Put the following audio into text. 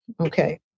Okay